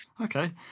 okay